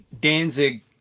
Danzig